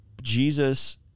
Jesus